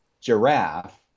giraffe